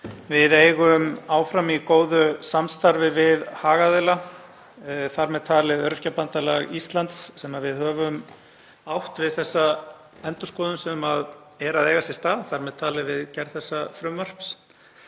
við eigum áfram í góðu samstarfi við hagaðila, þar með talið Öryrkjabandalag Íslands, sem við höfum átt við þessa endurskoðun sem er að eiga sér stað, þar með talið við gerð þessa frumvarps.